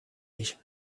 ich